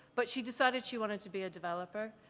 but she decided she wanted to be a developer.